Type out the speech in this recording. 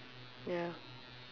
ya